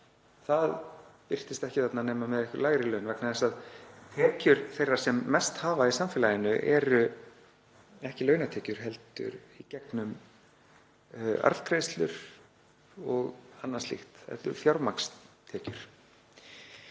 birtist ekki þarna nema með lægri laun vegna þess að tekjur þeirra sem mest hafa í samfélaginu eru ekki launatekjur heldur tekjur í gegnum arðgreiðslur og annað slíkt, fjármagnstekjur.